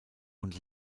und